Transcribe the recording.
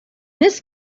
this